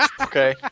Okay